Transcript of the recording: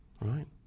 Right